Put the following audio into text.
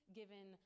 given